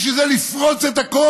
בשביל זה לפרוץ את הכול?